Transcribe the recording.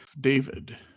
David